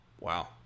Wow